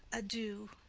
adieu!